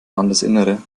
landesinnere